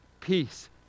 peace